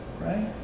right